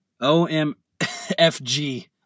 O-M-F-G